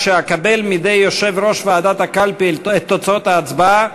כשאקבל מידי יושב-ראש ועדת הקלפי את תוצאות ההצבעה,